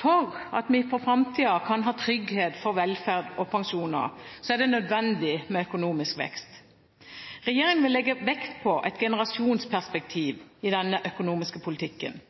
For at vi for framtiden kan ha trygghet for velferd og pensjoner, er det nødvendig med økonomisk vekst. Regjeringen vil legge vekt på et generasjonsperspektiv i den økonomiske politikken.